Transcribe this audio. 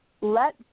let